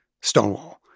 Stonewall